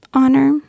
honor